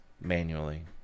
manually